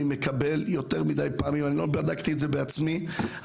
אני לא בדקתי את זה בעצמי אבל אני מקבל על